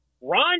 Ron